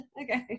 okay